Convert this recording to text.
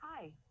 Hi